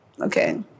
okay